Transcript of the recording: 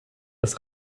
des